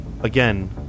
again